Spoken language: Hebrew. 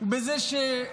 כל